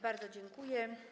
Bardzo dziękuję.